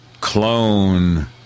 clone